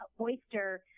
oyster –